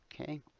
Okay